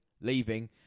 leaving